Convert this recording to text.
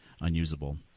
unusable